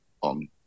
on